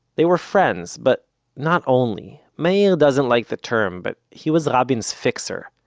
they were friends, but not only me'ir doesn't like the term, but he was rabin's fixer.